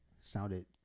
sounded